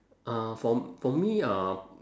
uh for for me uh